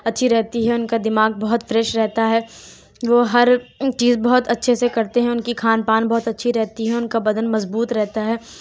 اچھی رہتی ہے ان کا دماغ بہت فریش رہتا ہے وہ ہر چیز بہت اچھے سے کرتے ہیں ان کی کھان پان بہت اچھی رہتی ہے ان کا بدن مضبوط رہتا ہے